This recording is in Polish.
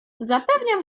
zapewniam